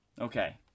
Okay